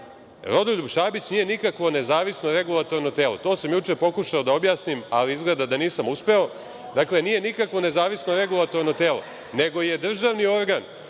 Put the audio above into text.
Rodoljub Šabić nije nikakvo nezavisno regulatorno telo, to sam juče pokušao da objasnim, ali izgleda da nisam uspeo, dakle nije nikakvo nezavisno regulatorno telo, nego je državni organ